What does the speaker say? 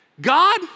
God